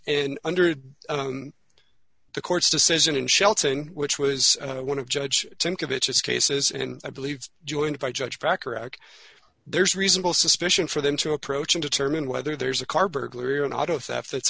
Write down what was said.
and under the court's decision in shelton which was one of judge think of it as cases and i believe joined by judge bacharach there's reasonable suspicion for them to approach and determine whether there's a car burglary or an auto theft that's